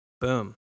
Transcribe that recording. Boom